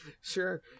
sure